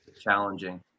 challenging